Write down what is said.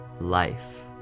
life